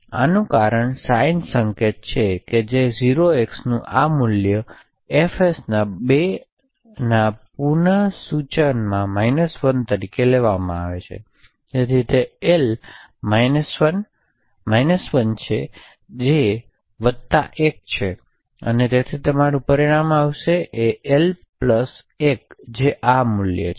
આનું કારણ સાઇન સંકેત છે કે 0x નું આ મૂલ્ય બધા fs બેના પૂરક સૂચનમાં 1 તરીકે લેવામાં આવે છે તેથી તે એલ 1 1 છે જે વત્તા 1 છે અને તેથી તમારું પરિણામ આવશે એલ પ્લસ 1 જે આ મૂલ્ય છે